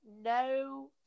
no